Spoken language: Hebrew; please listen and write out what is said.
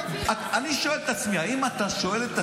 אני שואל את עצמי: